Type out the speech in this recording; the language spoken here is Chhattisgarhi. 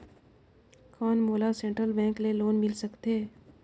कौन मोला सेंट्रल बैंक ले लोन मिल सकथे?